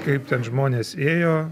kaip ten žmonės ėjo